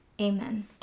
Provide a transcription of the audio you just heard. amen